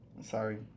Sorry